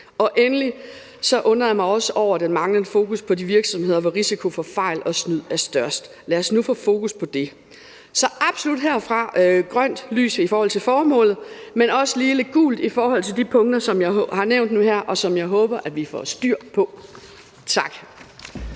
Endelig undrer jeg mig også over den manglende fokus på virksomheder, hvor risikoen for fejl og snyd er størst. Lad os nu få fokus på det. Så herfra giver vi absolut grønt lys i forhold til formålet, men også lige lidt gult i forhold til de punkter, som jeg har nævnt nu her, og som jeg håber at vi får styr på. Tak.